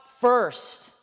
first